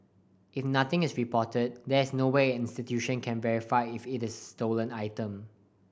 if nothing is reported there is no way an institution can verify if it is a stolen item